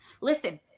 listen